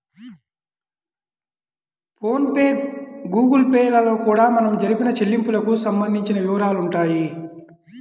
phone pay Google Pay లలో కూడా మనం జరిపిన చెల్లింపులకు సంబంధించిన వివరాలుంటాయి